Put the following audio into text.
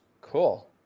Cool